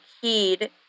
heed